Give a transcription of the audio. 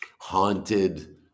haunted